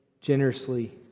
generously